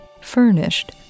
furnished